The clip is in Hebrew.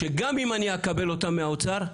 שגם אם אני אקבל אותם מהאוצר,